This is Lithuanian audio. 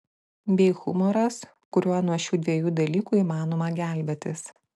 bei humoras kuriuo nuo šių dviejų dalykų įmanoma gelbėtis